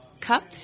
cup